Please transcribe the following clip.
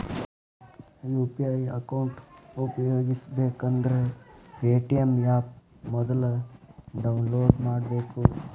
UPI account ಉಪಯೋಗಿಸಬೇಕಂದ್ರ Paytm app ಮೊದ್ಲ download ಮಾಡ್ಕೋಬೇಕು